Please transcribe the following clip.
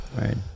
Right